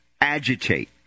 agitate